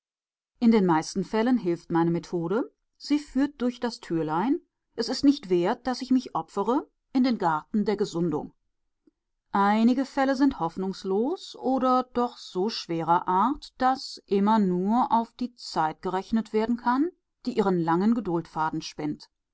in den meisten fällen hilft meine methode sie führt durch das türlein er ist es nicht wert daß ich mich opfere in den garten der gesundung einige fälle sind hoffnungslos oder doch so schwerer art daß immer nur auf die zeit gerechnet werden kann die ihren langen geduldfaden spinnt